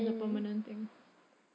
as a permanent thing